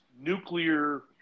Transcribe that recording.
nuclear